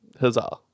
huzzah